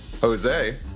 Jose